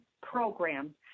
program